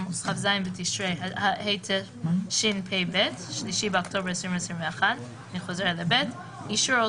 כ"ז בתשרי התשפ"ב (3 באוקטובר 2021)". אני חוזרת ל-(ב): "אישור או